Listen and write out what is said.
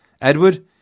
Edward